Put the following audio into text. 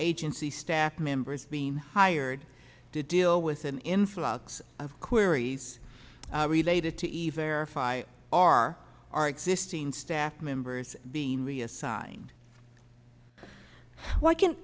agency staff members being hired to deal with an influx of queries related to even our our existing staff members being reassigned so what can